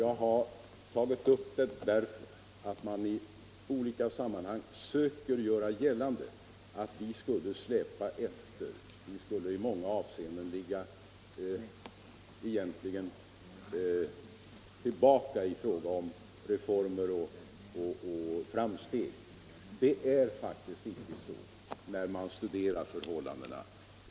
Jag har tagit upp det därför att man i olika sammanhang söker göra gällande att vi skulle släpa efter, att vi i många avseenden skulle stå tillbaka när det gäller reformer och framsteg. Det är faktiskt icke så — det finner man när man studerar förhållandena.